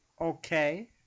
Okay